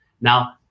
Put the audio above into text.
Now